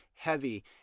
Heavy